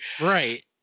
Right